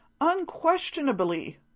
unquestionably